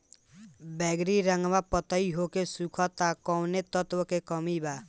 बैगरी रंगवा पतयी होके सुखता कौवने तत्व के कमी बा?